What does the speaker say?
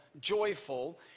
Joyful